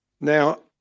Now